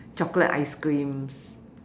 chocolate ice creams